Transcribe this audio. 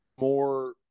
more